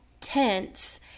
tense